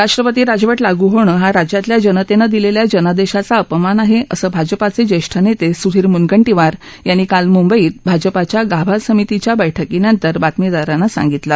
राष्ट्रपती राजवट लागू होणं हा राज्यातल्या जनतेनं दिलेल्या जनादेशाचा अपमान आहे असं भाजपाचे ज्येष्ठ नेते सुधीर मुनगंटीवार यांनी काल मुंबईत भाजपाच्या गाभा समितीच्या बैठकीनंतर बातमीदारांना सांगितलं